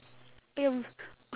不用